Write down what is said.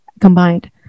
combined